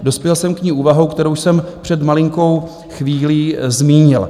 Dospěl jsem k ní úvahou, kterou jsem před malinkou chvílí zmínil.